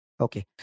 Okay